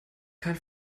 kein